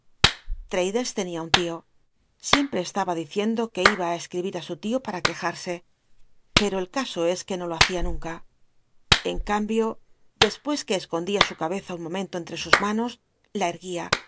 tenia untio siempre esta ba diciendo cjuc iba t cscl'ibir su lío llal'a c uejar c pero el caso es que no lo hacia nunca en cambio dcsi ucs que escondía su cabeza un momento enlre sus manos la ergtúa